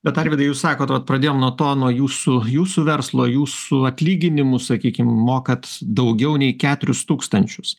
bet arvydai jūs sakot vat pradėjom nuo to nuo jūsų jūsų verslo jūsų atlyginimus sakykim mokat daugiau nei keturis tūkstančius